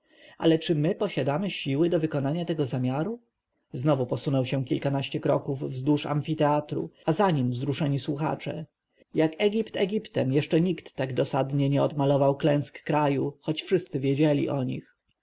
ale czy my posiadamy siły do wykonania tego zamiaru znowu posunął się kilkanaście kroków wzdłuż amfiteatru a za nim wzruszeni słuchacze jak egipt egiptem jeszcze nikt tak dosadnie nie odmalował klęsk kraju choć wszyscy wiedzieli o nich